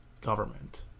government